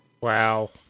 Wow